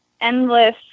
endless